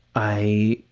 i